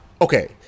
okay